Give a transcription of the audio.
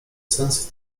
sens